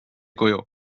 kuju